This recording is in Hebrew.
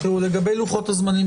לגבי לוחות הזמנים.